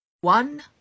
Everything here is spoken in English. One